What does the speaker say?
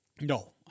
No